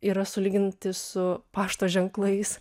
yra sulyginti su pašto ženklais